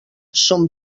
son